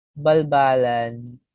Balbalan